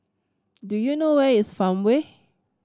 do you know where is Farmway